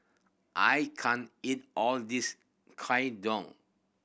I can't eat all of this